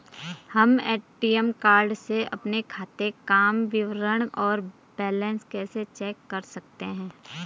हम ATM card से अपने खाते काम विवरण और बैलेंस कैसे चेक कर सकते हैं?